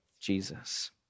Jesus